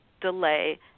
delay